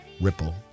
ripple